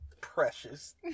precious